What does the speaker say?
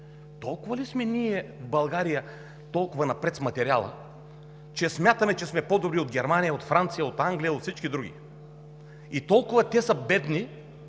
приложили. Ние в България толкова ли сме напред с материала, че смятаме, че сме по-добри от Германия, от Франция, от Англия, от всички други? Толкова ли те са бедни,